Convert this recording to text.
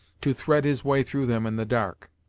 to thread his way through them in the dark.